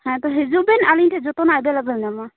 ᱦᱮᱸ ᱛᱚ ᱦᱤᱡᱩᱜ ᱵᱤᱱ ᱟᱹᱞᱤᱧ ᱴᱷᱮᱱ ᱡᱚᱛᱚ ᱱᱟᱜ ᱮᱵᱮᱞᱮᱵᱮᱞ ᱧᱟᱢᱚᱜᱼᱟ